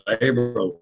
labor